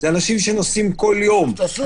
זה אנשים שנוסעים כל יום.